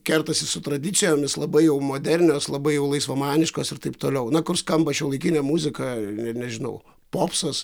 kertasi su tradicijomis labai jau modernios labai jau laisvamaniškos ir taip toliau na kur skamba šiuolaikinė muzika nežinau popsas